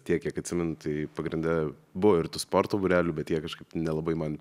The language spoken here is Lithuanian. tiek kiek atsimenu tai pagrinde buvo ir tų sporto būrelių bet jie kažkaip nelabai man